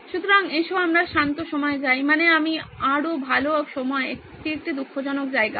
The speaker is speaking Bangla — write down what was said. সুতরাং আসুন আমরা শান্ত সময়ে যাই মানে আমি আরও ভালো সময় এটি একটি দুঃখজনক জায়গা